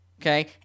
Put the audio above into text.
Okay